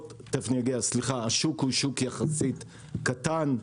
השוק הוא שוק יחסית קטן.